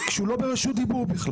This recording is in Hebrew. רשות הדיבור,